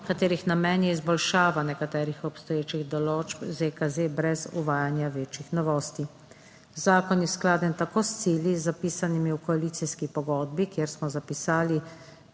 katerih namen je izboljšava nekaterih obstoječih določb ZKZ brez uvajanja večjih novosti. Zakon je skladen tako s cilji, zapisanimi v koalicijski pogodbi, kjer smo zapisali,